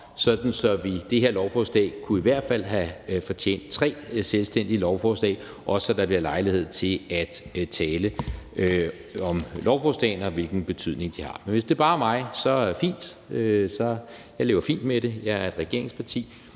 op. Det her lovforslag kunne i hvert fald have fortjent tre selvstændige lovforslag, også så der bliver lejlighed til at tale om lovforslagene, og hvilken betydning de har. Men hvis det bare er mig, er det fint. Jeg lever fint med det. Jeg er i et regeringsparti.